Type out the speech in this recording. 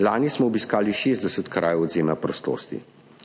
Lani smo obiskali 60 krajev odvzema prostosti.